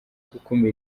gukumira